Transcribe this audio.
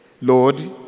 Lord